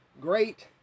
great